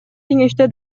кеңеште